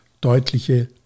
deutliche